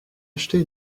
acheter